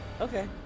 Okay